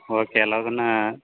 okay ಎಲ್ಲದನ್ನ